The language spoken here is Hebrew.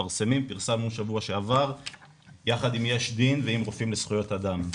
פרסמנו שבוע שעבר יחד עם "יש דין" ועם רופאים לזכויות אדם.